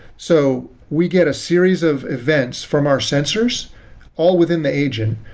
so we get a series of events from our sensors all within the agent,